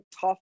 tough